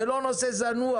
זה לא נושא זנוח.